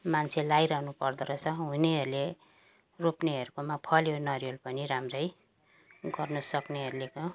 मान्छे लगाइरहनु पर्दो रहेछ हुनेहरूले रोप्नेहरूकोमा फल्यो नरिवल पनि राम्रै गर्नु सक्नेहरूको